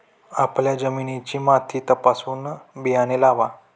आपल्या जमिनीची माती तपासूनच बियाणे लावा